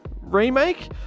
Remake